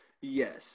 Yes